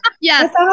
Yes